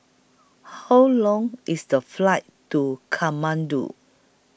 How Long IS The Flight to Kathmandu